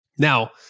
Now